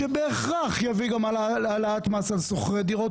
שבהכרח יביא גם להעלאת מס על שוכרי דירות.